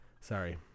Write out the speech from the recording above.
Sorry